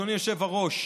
אדוני היושב-ראש,